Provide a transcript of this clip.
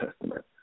Testament